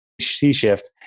C-shift